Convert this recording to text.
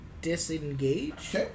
disengage